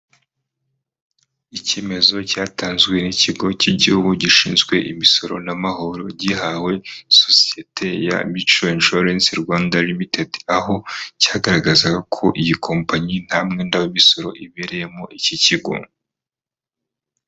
Icyemezo cyatanzwe n'ikigo cy'igihugu gishinzwe imisoro n'amahoro gihawe sosiyete ya micuwe inshuwalensi Rwanda limitedi, aho cyagaragazaga ko iyi kompanyi nta mwenda w'imisoro ibereyemo iki kigo.